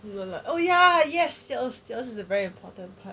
we will like oh ya yes that sale is a very important part